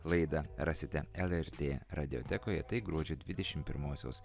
laidą rasite lrt radiotekoj tai gruodžio dvidešim pirmosios